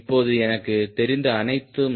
இப்போது எனக்குத் தெரிந்த அனைத்தும்